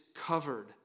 covered